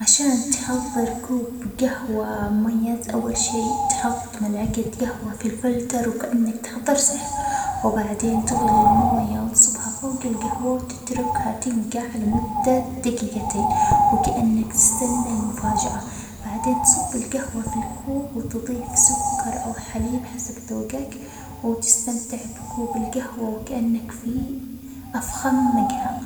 عشان تحضر كوب جهوة مميز، أول شي تحط ملعجة جهوة في الفلتر وكأنك تحضر سحر، وبعدين تغلي الموية وتصبها فوج الجهوة وتتركها تنجع لمدة دجيجتين، وكأنك تستنى المفاجأة، بعدين تصب الجهوة في الكوب وتضيف سكر أو حليب حسب ذوجك، وتستمتع بكوب الجهوة وكأنك في أفخم مجهى.